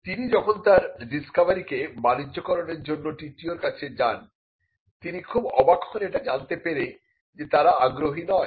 তিনি যখন তার ডিসকভারিকে বাণিজ্যকরণের জন্য TTO র কাছে যান তিনি খুব অবাক হন এটা জানতে পেরে যে তারা আগ্রহী নয়